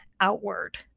outward